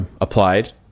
applied